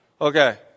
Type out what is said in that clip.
Okay